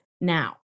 Now